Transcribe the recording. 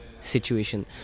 situation